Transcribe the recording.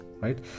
right